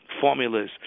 formulas